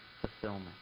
fulfillment